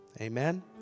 Amen